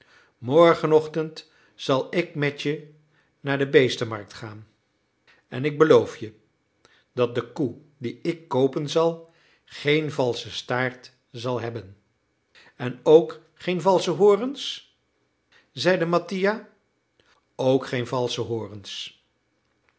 morgenochtend zal ik met je naar de beestenmarkt gaan en ik beloof je dat de koe die ik koopen zal geen valschen staart zal hebben en ook geen valsche horens zeide mattia ook geen valsche horens